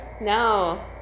No